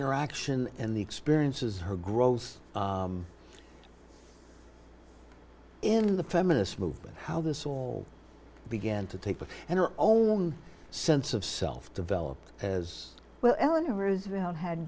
interaction and the experiences her grows in the feminist movement how this all began to take her and her own sense of self developed as well eleanor roosevelt had